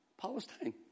Palestine